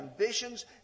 ambitions